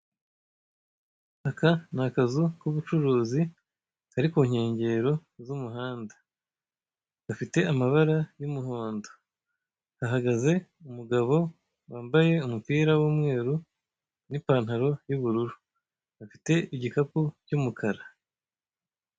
Aka ni akazu k'ubucuruzi kari ku nkengero z'umuhanda gafite amabara y'umuhondo, hahagaze umugabo wambaye umupira w'umweru n'ipantaro y'ubururu, afite igikapu cy'umukara.